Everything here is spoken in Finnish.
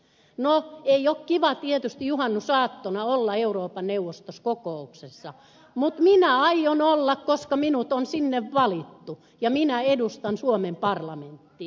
no ei ole kiva tietysti juhannusaattona olla euroopan neuvostossa kokouksessa mutta minä aion olla koska minut on sinne valittu ja minä edustan suomen parlamenttia